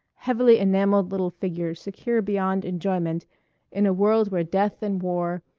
heavily enamelled little figures secure beyond enjoyment in a world where death and war,